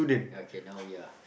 ya okay now we are